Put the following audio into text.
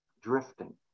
drifting